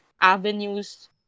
avenues